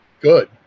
good